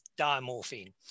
diamorphine